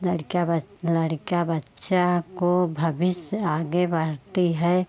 क्या ब लड़का बच्चे को भविष्य आगे बढ़ता है